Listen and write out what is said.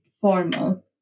formal